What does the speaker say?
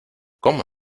cómo